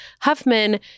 Huffman